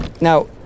Now